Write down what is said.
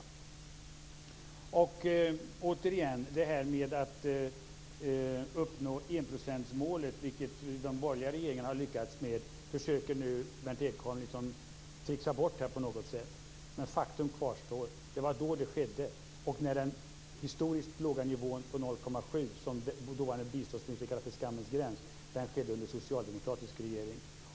Att de borgerliga regeringarna har lyckats med att uppnå enprocentsmålet försöker nu Berndt Ekholm tricksa bort på något sätt, men faktum kvarstår. Det var då det skedde. Den historiskt låga nivån på 0,7 %, som dåvarande biståndsministern kallade för skammens gräns, uppnåddes under en socialdemokratisk regering.